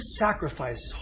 sacrifice